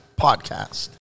Podcast